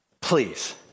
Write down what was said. Please